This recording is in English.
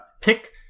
Pick